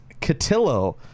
Catillo